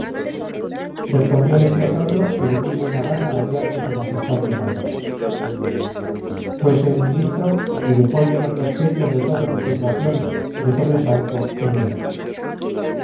cádiz respondióle clotaldo que de muy buena gana haría lo que su majestad le mandaba fuese el ministro y dejó llenos los pechos de todos de turbación de sobresalto y miedo